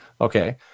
Okay